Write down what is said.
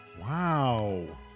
Wow